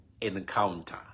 encounter